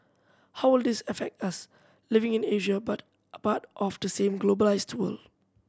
how will this affect us living in Asia but part of the same globalised world